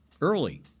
early